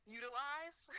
utilize